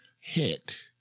hit